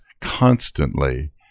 constantly